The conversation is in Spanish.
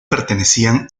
pertenecían